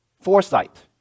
foresight